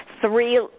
three